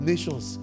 Nations